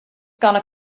gonna